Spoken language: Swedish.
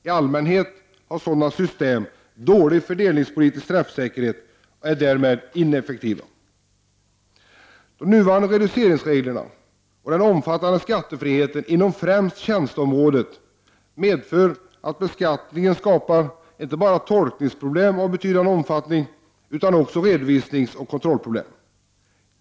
I allmänhet har sådana system dålig fördelningspolitisk träffsäkerhet och är därmed ineffektiva. De nuvarande reduceringsreglerna och den omfattande skattefriheten inom främst tjänsteområdet medför att beskattningen skapar inte bara tolkningsproblem av betydande omfattning utan också redovisningsoch kontrollproblem.